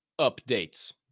updates